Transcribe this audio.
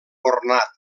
ornat